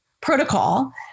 protocol